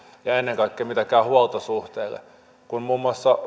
ja ennen kaikkea miten käy huoltosuhteelle niin kun muun muassa